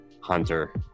Hunter